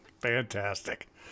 fantastic